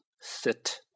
Sit